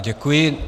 Děkuji.